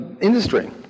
industry